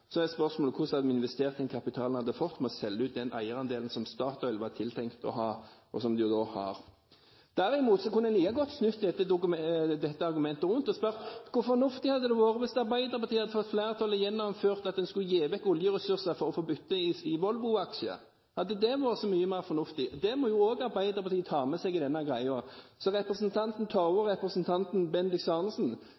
vi hadde fått ved å selge ut den eierandelen som Statoil var tiltenkt å ha, og som de har. Derimot kunne en like godt snudd dette argumentet rundt og spurt: Hvor fornuftig hadde det vært hvis Arbeiderpartiet hadde fått flertall og gjennomført at en skulle gi bort oljeressurser for å bytte i Volvo-aksjer? Hadde det vært så mye mer fornuftig? Det må også Arbeiderpartiet ta med seg i denne greia. Så til representanten